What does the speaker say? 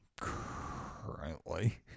currently